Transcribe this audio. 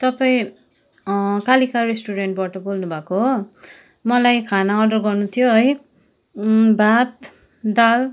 तपाईँ कालिका रेस्टुरेन्टबाट बोल्नु भएको हो मलाई खाना अर्डर गर्नु थियो है भात दाल